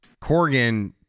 Corgan